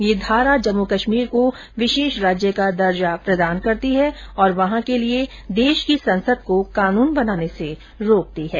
यह धारा जम्मू कश्मीर को विशेष राज्य का दर्जा प्रदान करती है और वहां के लिए देश की संसद को कानून बनाने से रोकती है